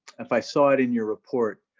if i saw it in your report,